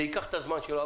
זה ייקח את הזמן שלו.